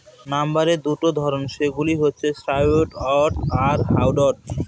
লাম্বারের দুটা ধরন, সেগুলো হচ্ছে সফ্টউড আর হার্ডউড